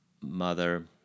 mother